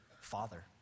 father